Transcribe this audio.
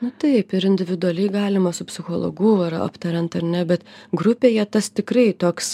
na taip ir individualiai galima su psichologu ar aptariant ar ne bet grupėje tas tikrai toks